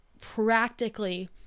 practically